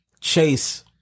Chase